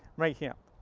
right hip.